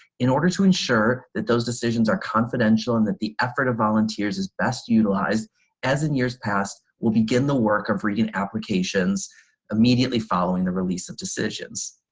in order to ensure that those decisions are confidential and that the effort of volunteers is best utilized as in years past, we'll begin the work of reading applications immediately following the release of decisions.